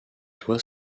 doit